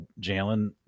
Jalen